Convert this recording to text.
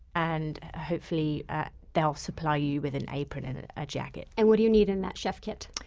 and hopefully they'll supply you with an apron and and a jacket and what do you need in that chef kit?